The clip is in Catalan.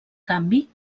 canvi